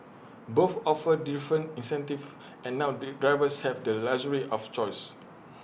both offer different incentives and now the drivers have the luxury of choice